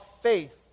faith